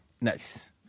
Nice